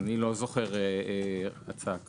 איני זוכר הצעה כזאת.